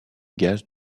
gaz